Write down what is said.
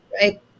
right